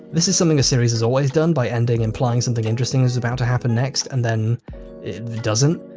this is something the series has always done by ending implying something interesting is about to happen next and then it doesn't.